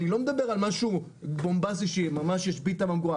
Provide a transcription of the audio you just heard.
אני לא מדבר על משהו בומבסטי שממש ישבית את הממגורה,